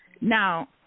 Now